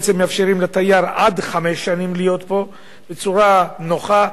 אנחנו בעצם מאפשרים לתייר עד חמש שנים להיות פה בצורה נוחה,